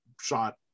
shot